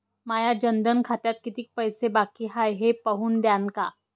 माया जनधन खात्यात कितीक पैसे बाकी हाय हे पाहून द्यान का?